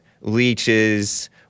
leeches